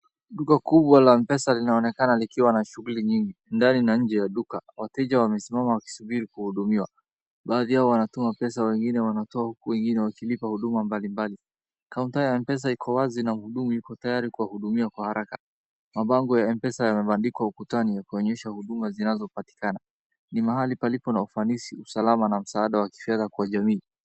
Duka kubwa la M-Pesa linaonekana likiwa na shughuli nyingi. Ndani na nje ya duka, wateja wamesimama wakisubiri huduma mbalimbali. Kaunta ya M-Pesa iko wazi na mhudumu yuko tayari kuwahudumia kwa haraka. Mabango ya M-Pesa yamebandikwa ukutani kuonyesha huduma zinazopatikana. Ni mahali palipo na ufanisi, usalama na msaada wa kifedha kwa jamii.